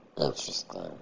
interesting